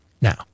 now